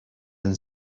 and